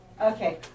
Okay